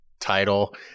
title